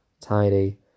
tidy